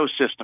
ecosystem